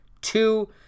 two